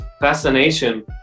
fascination